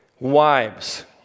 Wives